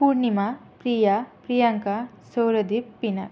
पूर्णिमा प्रिया प्रियाङ्का सौरदीपः पिनाकः